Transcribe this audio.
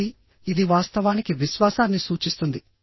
కాబట్టి ఇది వాస్తవానికి విశ్వాసాన్ని సూచిస్తుంది